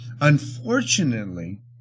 Unfortunately